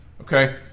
okay